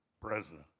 president